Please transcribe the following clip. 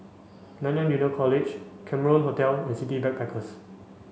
Nanyang Junior College Cameron Hotel and City Backpackers